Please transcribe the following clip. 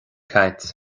caint